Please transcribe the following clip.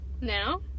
Now